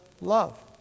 love